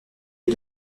les